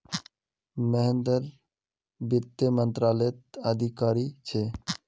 महेंद्र वित्त मंत्रालयत अधिकारी छे